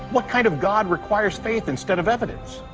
what kind of god requires faith instead of evidence?